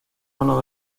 menos